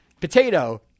potato